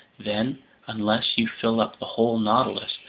then unless you fill up the whole nautilus,